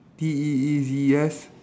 P E E V E S